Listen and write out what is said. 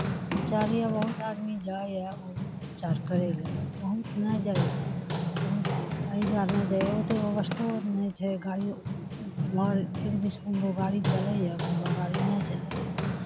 उपचार यए बहुत आदमी जाइए उपचार करय लए बहुत नहि जाइए बहुत एहि दुआरे नहि जाइए ओतेक अवस्थो नहि छै गाड़ियो ओमहर एक दिस केम्हरो गाड़ी चलैए एखन ओ गाड़ी नहि चलैए